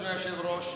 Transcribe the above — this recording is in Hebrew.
אדוני היושב-ראש,